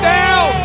down